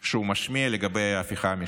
שהוא משמיע לגבי ההפיכה המשפטית.